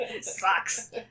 Sucks